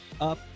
up